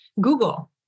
Google